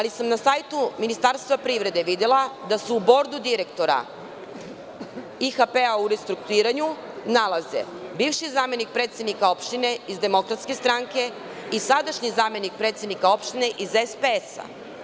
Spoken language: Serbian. Na sajtu Ministarstva privrede sam videla da se u bordu direktora IHP u restrukturiranju nalaze bivši zamenik predsednika opštine iz DS i sadašnji zamenik predsednika opštine iz SPS.